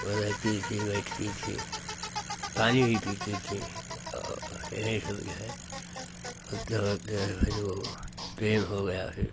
वो रहती थी बैठती थी पानी भी पीती थी और यही सब जो है रहते रहते है जो प्रेम हो गया है